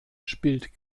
spielt